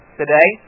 today